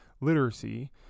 literacy